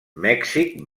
mèxic